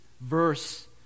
verse